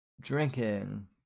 drinking